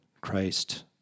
Christ